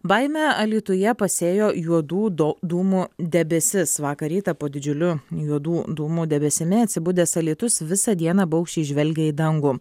baimę alytuje pasėjo juodų do dūmų debesis vakar rytą po didžiuliu juodų dūmų debesimi atsibudęs alytus visą dieną baugščiai žvelgia į dangų